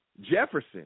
Jefferson